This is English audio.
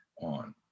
on